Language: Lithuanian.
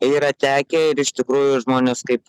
yra tekę ir iš tikrųjų žmonės kaip